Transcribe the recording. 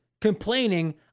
complaining